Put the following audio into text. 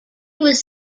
was